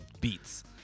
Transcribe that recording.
beats